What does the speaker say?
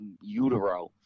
utero